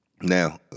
Now